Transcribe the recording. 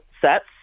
sets